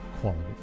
quality